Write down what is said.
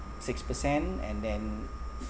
six percent and then